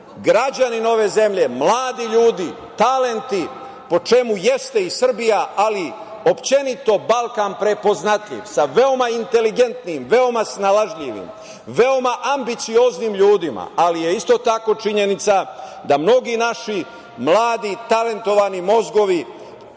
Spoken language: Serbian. građanin ove zemlje, mladi ljudi, talenti, po čemu jeste i Srbija, ali uopšteno Balkan, prepoznatljiv, sa veoma inteligentnim, veoma snalažljivim, veoma ambicioznim ljudima. Ali je isto tako činjenica da mnogi naši mladi i talentovani mozgovi